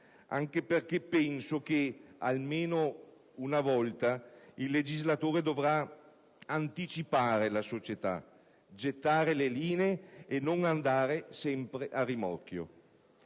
anche perché penso che, almeno una volta, il legislatore dovrà anticipare la società, gettare le linee e non andare sempre a rimorchio.